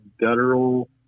guttural